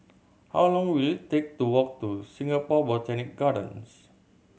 how long will it take to walk to Singapore Botanic Gardens